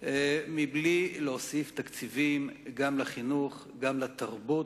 מבלי להוסיף תקציבים גם לחינוך, גם לתרבות,